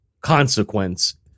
consequence